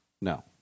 No